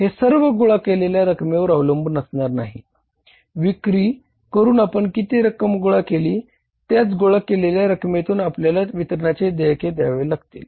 हे सर्व गोळा केलेल्या रक्कमेवर अवलंबून असणार नाही विक्री करून आपण किती रक्कम गोळा केली त्याच गोळा केलेल्या रक्कमेतुन आपल्याला वितरणाचे देयके द्यावे लागतील